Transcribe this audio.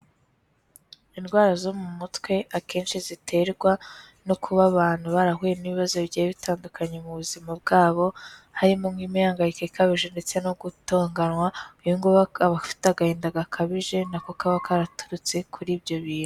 Indwara zo mu mutwe akenshi ziterwa no kuba abantu barahuye n'ibibazo bigiye bitandukanye mu buzima bwabo, harimo nk'imihangagayiko ikabije ndetse no gutonganywa, uyu nguyu akaba afite agahinda gakabije, nako kakaba karaturutse kuri ibyo bintu.